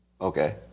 Okay